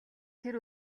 тэр